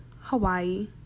Hawaii